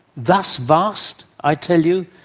thus vast i tell you,